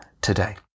today